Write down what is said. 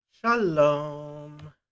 Shalom